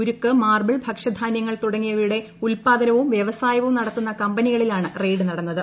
ഉരുക്കു മാർബിൾ ഭക്ഷ്യധാന്യങ്ങൾ തുടങ്ങിയവയുടെ ഉത്പാദനവും വൃവസായവും നടത്തുന്ന കമ്പനികളിലാണ് റെയ്ഡ് നടന്നത്